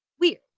weird